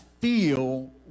feel